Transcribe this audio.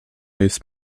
jest